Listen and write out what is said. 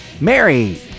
Mary